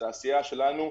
בתעשייה שלנו,